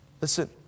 Listen